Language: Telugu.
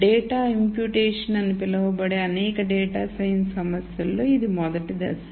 డేటా ఇంప్యుటేషన్ అని పిలువబడే అనేక డేటా సైన్స్ సమస్యలలో ఇది మొదటి దశ